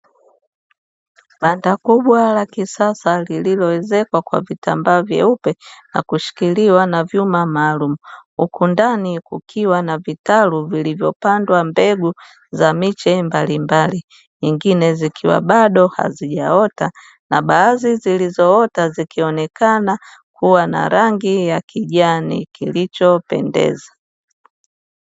Banda kubwa la kisasa lililoezekwa kwa vitambaa vyeupe na kushikiliwa na vyuma maalumu, huku ndani kukiwa na vitalu vilivyopandwa mbegu za miche mbalimbali; nyingine zikiwa bado jazijaota na baadhi zilizoota zikionekana kuwa na rangi ya kijani kilichopendeza.